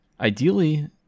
Ideally